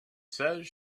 says